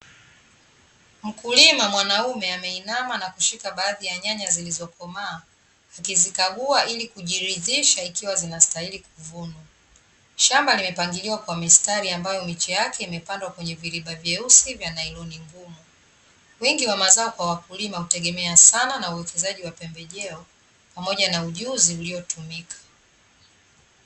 Mkulima mwanaume ameinama na kushika baadhi ya nyanya zilizokomaa, akizikagua ili kujiridhisha ikiwa zinastahili kuvunwa. Shamba limepangiliwa kwa mistari ambayo miche yake imepandwa kwenye viriba vyeusi vya nailoni ngumu. Wingi wa mazao kwa wakulima hutegemea sana na uwekezaji wa pembejeo, pamoja na ujuzi uliotumika.